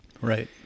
Right